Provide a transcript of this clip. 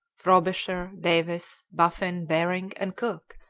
frobisher, davis, baffin, behring, and cook,